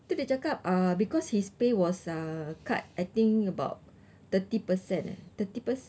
tu dia cakap uh because his pay was uh cut I think about thirty percent eh thirty perc~